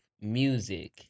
music